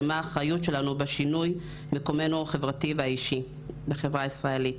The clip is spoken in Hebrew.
ומה האחריות שלנו בשינוי מקומנו החברתי והאישי בחברה הישראלית.